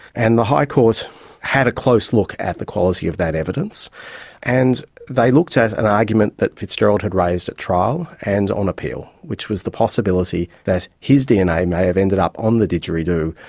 and the high court had a close look at the quality of that evidence and they looked at an argument that fitzgerald had raised at trial and on appeal, which was the possibility that his dna may have ended up on the didgeridoo,